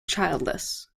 childless